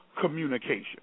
communication